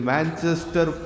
Manchester